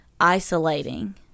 isolating